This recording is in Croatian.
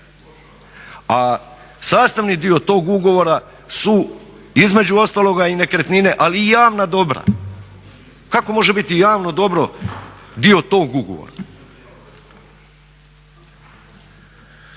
A sastavni dio tog ugovora su između ostaloga i nekretnine ali i javna dobra. Kako može biti javno dobro dio tog ugovora?